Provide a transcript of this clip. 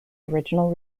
original